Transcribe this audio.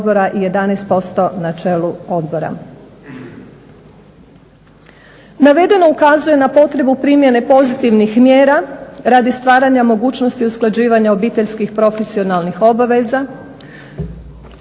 11% na čelu odbora. Navedeno ukazuje na potrebu primjene pozitivnih mjera radi stvaranja mogućnosti usklađivanja obiteljskih, profesionalnih obaveza